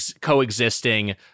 coexisting